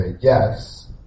yes